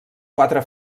quatre